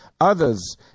others